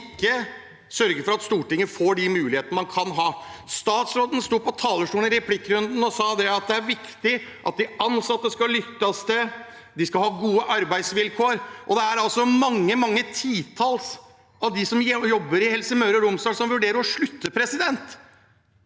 å sørge for at Stortinget får de mulighetene man kan få. Statsråden sto på talerstolen i replikkrunden og sa at det er viktig at de ansatte lyttes til og har gode arbeidsvilkår. Det er altså mange, mange titalls av dem som jobber i Helse Møre og Romsdal, som vurderer å slutte fordi de